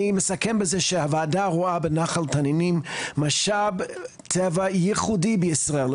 אני מסכם בזה שהוועדה רואה בנחל תנינים משאב טבע ייחודי בישראל,